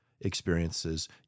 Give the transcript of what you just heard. experiences